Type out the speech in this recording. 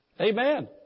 Amen